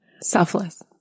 Selfless